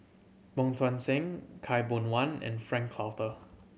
Wong Tuang Seng Khaw Boon Wan and Frank Cloutier